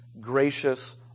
gracious